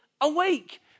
awake